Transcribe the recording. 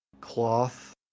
cloth